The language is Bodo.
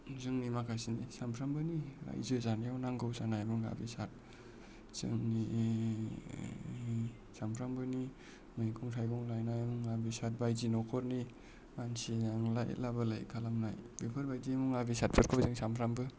जोंनि माखासेनि सानफ्रामबोनि रायजो जानायाव नांगौ जानाय मुवा बेसाद जोंनि सानफ्रामबोनि मैगं थाइगं लायनाय माल बेसाद बायदि न'खरनि मानसि लांलाय लाबोलाय खालामनाय बेफोरबादि मुवा बेसादफोरखौ जों सानफ्रोमबो